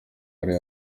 yari